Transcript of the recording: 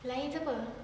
lain siapa